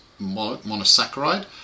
monosaccharide